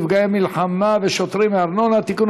נפגעי מלחמה ושוטרים מארנונה) (תיקון,